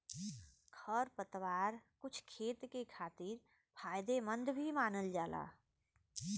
खरपतवार कुछ खेत के खातिर फायदेमंद भी मानल जाला